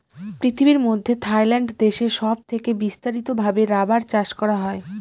পৃথিবীর মধ্যে থাইল্যান্ড দেশে সব থেকে বিস্তারিত ভাবে রাবার চাষ করা হয়